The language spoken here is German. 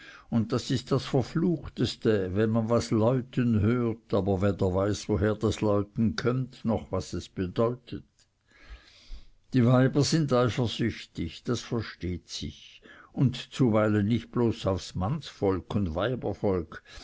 und das ist das verfluchteste wenn man was läuten hört aber weder weiß woher das läuten kömmt noch was es bedeutet die weiber sind eifersüchtig das versteht sich und zuweilen nicht bloß auf mannsvolk und